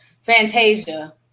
Fantasia